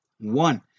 One